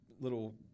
little